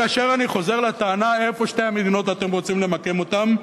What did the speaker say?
כאשר אני חוזר לטענה איפה שתי המדינות שאתם רוצים למקם אותן,